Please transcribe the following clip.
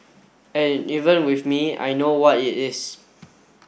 and even with me I know what it is